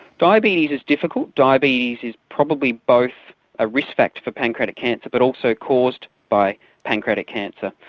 diabetes is difficult. diabetes is probably both a risk factor for pancreatic cancer but also caused by pancreatic cancer.